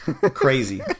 crazy